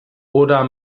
oder